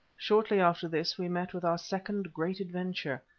shortly after this we met with our second great adventure,